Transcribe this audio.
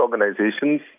organizations